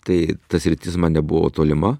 tai ta sritis man nebuvo tolima